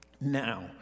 Now